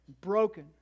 broken